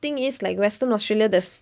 thing is like western australia there's